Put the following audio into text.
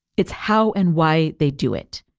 it's how and why they do it.